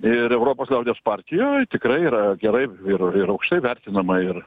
ir europos liaudies partijoj tikrai yra gerai ir ir aukštai vertinama ir